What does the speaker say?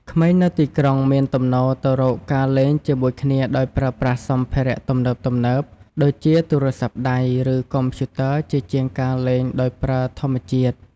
ក្មេងនៅទីក្រុងមានទំនោរទៅរកការលេងជាមួយគ្នាដោយប្រើប្រាស់សម្ភារៈទំនើបៗដូចជាទូរស័ព្ទដៃឬកុំព្យូទ័រជាជាងការលេងដោយប្រើធម្មជាតិ។